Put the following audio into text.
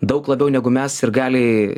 daug labiau negu mes sirgaliai